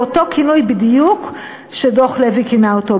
באותו כינוי בדיוק שדוח לוי כינה אותו,